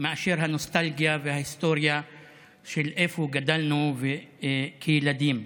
מאשר הנוסטלגיה וההיסטוריה של איפה שגדלנו כילדים.